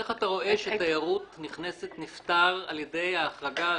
איך אתה רואה שתיירות נכנסת נפתרת על ידי ההחרגה הזאת,